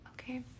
okay